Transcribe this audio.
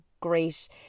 great